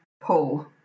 pull